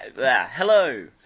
hello